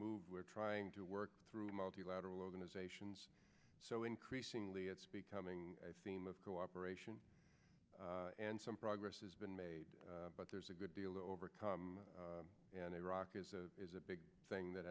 moved we're trying to work through multilateral organizations so increasingly it's becoming theme of cooperation and some progress has been made but there's a good deal to overcome and iraq is a is a big thing that